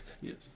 Yes